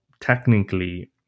technically